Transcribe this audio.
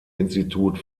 institut